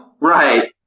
Right